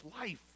life